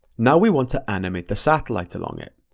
now we want to animate the satellite along it.